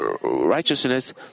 righteousness